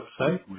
website